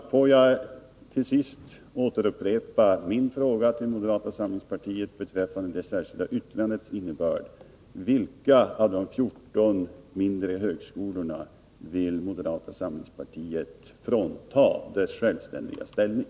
Till sist vill jag upprepa min fråga till moderata samlingspartiet beträffande det särskilda yttrandets innebörd. Vilka av de 14 mindre högskolorna vill moderata samlingspartiet frånta deras självständiga ställning?